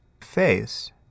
face